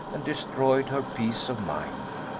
and destroyed her peace of mind.